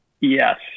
Yes